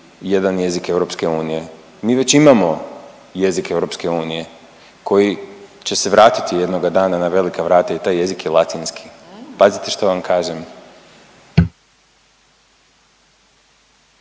jedan jezik EU, mi već imamo jezik EU koji će se vratiti jednoga dana na velika vrata i taj jezik je latinski. Pazite što vam kažem.